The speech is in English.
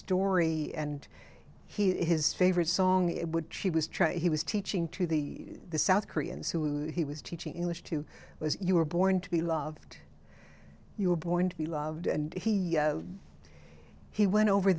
story and he his favorite song it would she was he was teaching to the south koreans who he was teaching english to was you were born to be loved you were born to be loved and he he went over